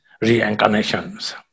reincarnations